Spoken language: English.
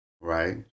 Right